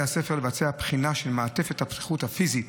הספר לבצע בחינה של מעטפת הבטיחות הפיזית